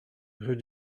rue